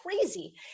crazy